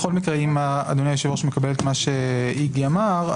בכל מקרה אם אדוני היושב-ראש מקבל את מה שאיגי אמר,